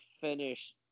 finish